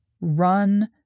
run